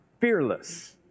fearless